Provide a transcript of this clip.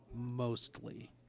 mostly